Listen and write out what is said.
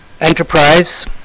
enterprise